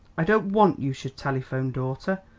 i don't want you should telephone, daughter.